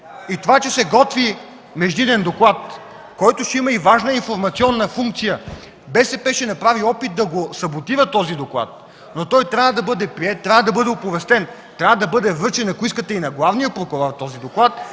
Това че се готви междинен доклад, който ще има и важна информационна функция, БСП ще направи опит да саботира този доклад, но той трябва да бъде приет, трябва да бъде оповестен. Трябва да бъде връчен, ако искате, и на главния прокурор този доклад